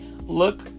look